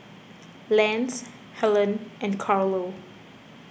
Lance Helene and Carlo